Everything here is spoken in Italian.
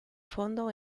fondo